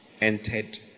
entered